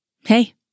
Hey